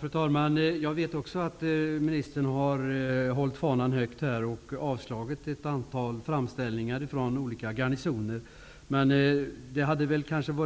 Fru talman! Jag vet att ministern har hållit fanan högt och avslagit ett antal framställningar från olika garnisoner. De förutsättningar man sökte på